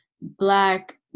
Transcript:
Black